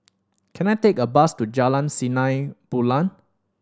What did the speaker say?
can I take a bus to Jalan Sinar Bulan